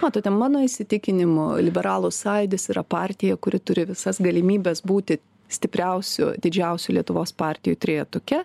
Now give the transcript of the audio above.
matote mano įsitikinimu liberalų sąjūdis yra partija kuri turi visas galimybes būti stipriausių didžiausių lietuvos partijų trejetuke